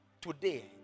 Today